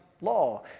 law